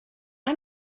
i’m